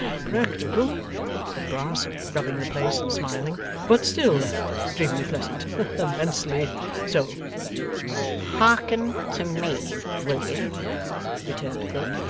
practical said brass, rubbing the place and smiling but still extremely pleasant immensely so hearken to me, will you returned quilp,